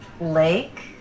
Lake